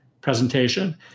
presentation